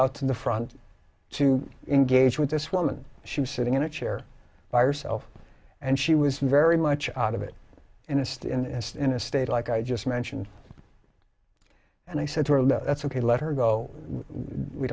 to the front to engage with this woman she was sitting in a chair by herself and she was very much out of it in a state and in a state like i just mentioned and i said that's ok let her go we